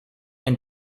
and